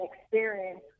experience